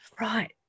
Right